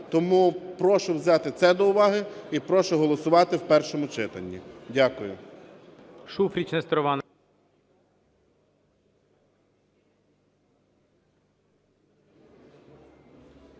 Тому прошу взяти це до уваги і прошу голосувати в першому читанні. Дякую.